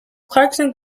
clarkson